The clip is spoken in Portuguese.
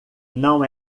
não